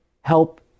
help